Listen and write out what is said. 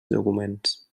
documents